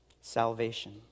Salvation